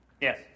Yes